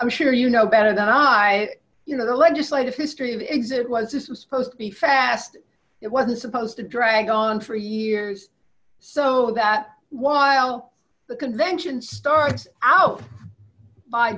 i'm sure you know better than i you know the legislative history of the exit was this was supposed to be fast it wasn't supposed to drag on for years so that while the convention starts out by